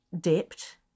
dipped